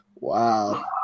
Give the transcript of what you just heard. Wow